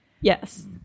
yes